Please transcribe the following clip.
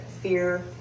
fear